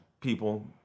people